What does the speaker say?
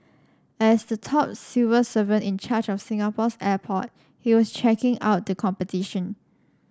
as the top civil servant in charge of Singapore's airport he was checking out the competition